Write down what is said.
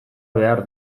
behar